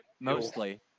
mostly